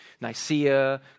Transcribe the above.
Nicaea